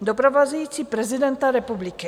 doprovázející prezidenta republiky.